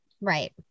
Right